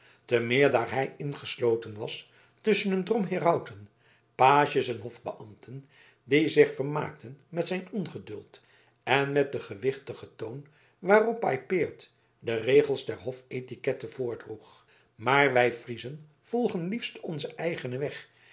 te meer daar hij ingesloten was tusschen een drom herauten pages en hofbeambten die zich vermaakten met zijn ongeduld en met den gewichtigen toon waarop paypaert de regels der hofetiquette voordroeg maar wij friezen volgen liefst onzen eigenen weg